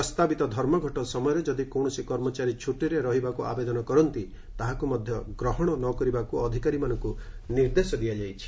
ପ୍ରସ୍ତାବିତ ଧର୍ମଘଟ ସମୟରେ ଯଦି କୌଣସି କର୍ମଚାରୀ ଛଟିରେ ରହିବାକୁ ଆବେଦନ କରନ୍ତି ତାହାକୁ ମଧ୍ୟ ଗ୍ରହଣ ନ କରିବାକୁ ଅଧିକାରୀମାନଙ୍କୁ ନିର୍ଦ୍ଦେଶ ଦିଆଯାଇଛି